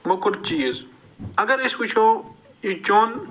موٚکُر چیٖز اگر أسۍ وٕچھو یہِ چوٚن